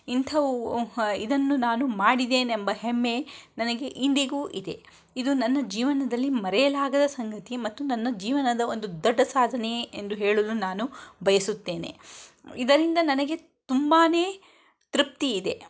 ಇಂಥವು ಇದನ್ನು ನಾನು ಮಾಡಿದ್ದೇನೆಂಬ ಹೆಮ್ಮೆ ನನಗೆ ಇಂದಿಗೂ ಇದೆ ಇದು ನನ್ನ ಜೀವನದಲ್ಲಿ ಮರೆಯಲಾಗದ ಸಂಗತಿ ಮತ್ತು ನನ್ನ ಜೀವನದ ಒಂದು ದೊಡ್ಡ ಸಾಧನೆ ಎಂದು ಹೇಳಲು ನಾನು ಬಯಸುತ್ತೇನೆ ಇದರಿಂದ ನನಗೆ ತುಂಬಾ ತೃಪ್ತಿಯಿದೆ